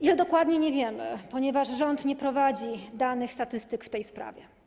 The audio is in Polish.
Ile dokładnie, nie wiemy, ponieważ rząd nie prowadzi danych, statystyk w tej sprawie.